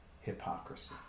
hypocrisy